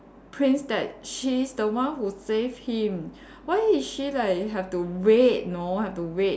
prince that she is the one who save him why is she like have to wait know have to wait